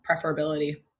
preferability